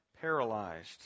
paralyzed